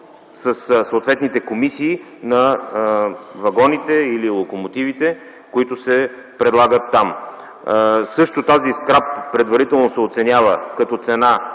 съответните комисии на вагоните или локомотивите, които се предлагат там. Тази скрап предварително се оценява като цена